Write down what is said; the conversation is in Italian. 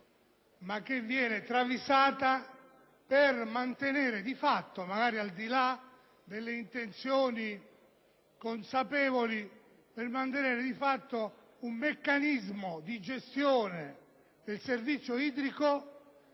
ma che viene travisata per mantenere di fatto, magari al di là delle intenzioni consapevoli, un meccanismo di gestione del servizio idrico